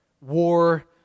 War